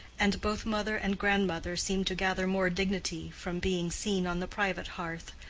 and both mother and grandmother seemed to gather more dignity from being seen on the private hearth,